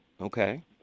okay